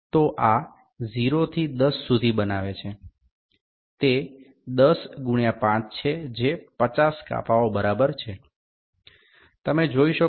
সুতরাং এটি ০ থেকে ১০ পর্যন্ত রয়েছে এটি ১০ গুণিতক ৫ এটি ৫০ টি ভাগের সমান